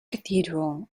cathedral